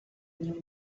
new